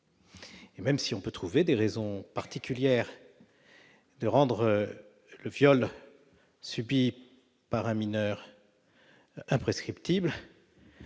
et même si on peut trouver des raisons particulières de rendre le viol subi par comme l'a rappelé